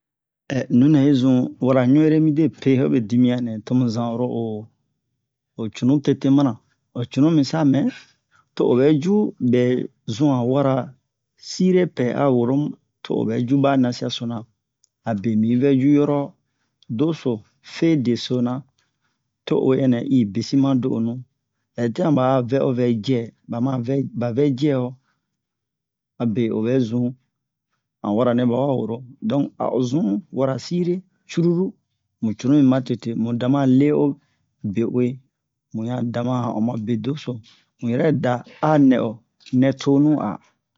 nu nɛ yi zun wara ɲu ere midepe hobe dimiyan nɛ tomu zan oro o cunu tete mana o cunu mi sa mɛ to o ɓɛ ju ɓɛ zun han wara sire pɛɛ a woro mu to obɛ ju ba nasiyasona abe mi yi vɛ cu yɔrɔ doso fe dosona to uwe ɛnnɛn i besi ma do'onu hɛ tin'a ɓa a vɛ o vɛ jɛ ba ma vɛ ba vɛ cɛ o abe o ɓɛ zun han wara nɛ ɓa wa woro donk a o zun wara sire curulu mu cunumi matete mu dama le o be uwe mu ɲan dama han o ma bedeso mu yɛrɛ da nɛ o nɛ tonu a